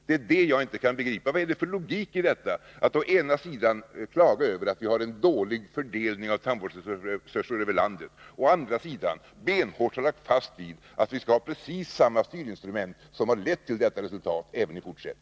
Det är detta som jag inte kan begripa. Vad är det för logik i att å ena sidan klaga över att vi har en dålig fördelning av tandvårdsresurser över landet och å andra sidan benhårt hålla fast vid att vi även i fortsättningen skall ha precis samma styrinstrument, som har lett till detta resultat.